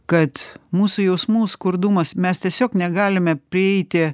kad mūsų jausmų skurdumas mes tiesiog negalime prieiti